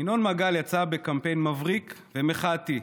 ינון מגל יצא בקמפיין מבריק ומחאתי: